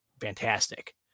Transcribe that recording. fantastic